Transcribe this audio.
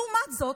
לעומת זאת,